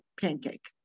pancake